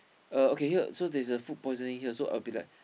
uh okay here so there is a food poisoning here so I will be like